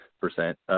percent